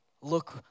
Look